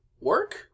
work